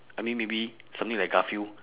I mean maybe something like garfield